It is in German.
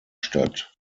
statt